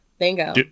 Bingo